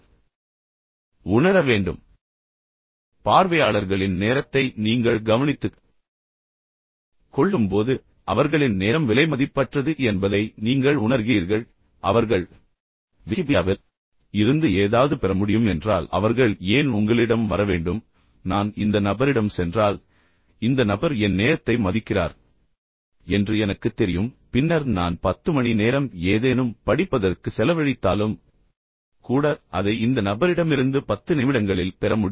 எனவே நீங்கள் முழுமையாகத் தயாராக இருக்கும்போது மட்டுமே அது நிகழ்கிறது பார்வையாளர்களின் நேரத்தை நீங்கள் கவனித்துக் கொள்ளும்போது அவர்களின் நேரம் விலைமதிப்பற்றது என்பதை நீங்கள் உணர்கிறீர்கள் மேலும் அவர்கள் விக்கிபீடியாவிலிருந்து ஏதாவது பெற முடியும் என்றால் எனவே அவர்கள் ஏன் உங்களிடம் வர வேண்டும் நான் இந்த நபரிடம் சென்றால் இந்த நபர் என் நேரத்தை மதிக்கிறார் என்று எனக்குத் தெரியும் பின்னர் நான் 10 மணி நேரம் ஏதேனும் படிப்பதற்கு செலவழித்தாலும் கூட அதை இந்த நபரிடமிருந்து 10 நிமிடங்களில் பெற முடியும்